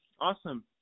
Awesome